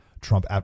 Trump